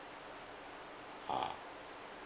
ah